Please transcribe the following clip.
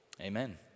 Amen